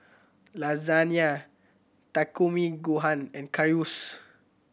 Lasagna Takikomi Gohan and Currywurst